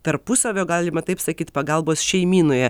tarpusavio galima taip sakyt pagalbos šeimynoje